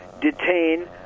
detain